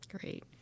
Great